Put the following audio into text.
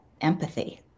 empathy